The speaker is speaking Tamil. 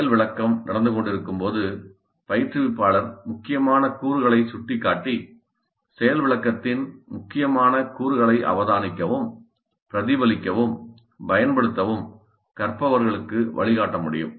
செயல் விளக்கம் நடந்துகொண்டிருக்கும்போது பயிற்றுவிப்பாளர் முக்கியமான கூறுகளை சுட்டிக்காட்டி செயல் விளக்கத்தின் முக்கியமான கூறுகளை அவதானிக்கவும் பிரதிபலிக்கவும் பயன்படுத்தவும் கற்பவர்களுக்கு வழிகாட்ட முடியும்